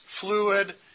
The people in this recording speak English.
fluid